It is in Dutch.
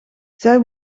zij